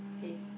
face